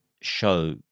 show